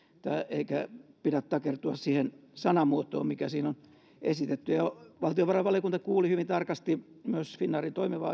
eikä pidä takertua siihen sanamuotoon mikä siinä on esitetty valtiovarainvaliokunta kuuli hyvin tarkasti myös finnairin toimivaa